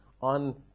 on